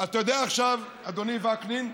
אתה יודע, אדוני וקנין,